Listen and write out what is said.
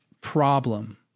problem